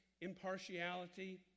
impartiality